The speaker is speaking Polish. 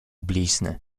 blizny